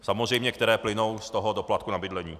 Samozřejmě které plynou z toho doplatku na bydlení.